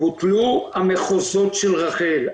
בוטלו המחוזות של רח"ל.